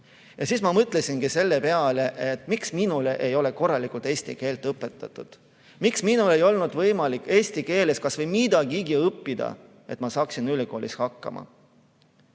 Ja siis ma mõtlesin selle peale, et miks minule ei ole korralikult eesti keelt õpetatud, miks minul ei olnud võimalik eesti keeles kas või midagigi õppida, et ma saaksin ülikoolis hakkama?